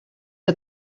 que